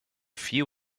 few